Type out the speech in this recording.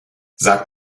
sag